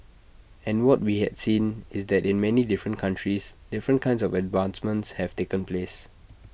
and what we had seen is that in many different countries different kinds of advancements have taken place